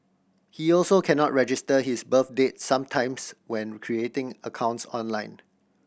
he also cannot register his birth date sometimes when creating accounts online